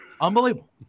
unbelievable